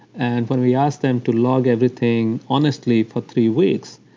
and when we asked them to log everything honestly for three weeks,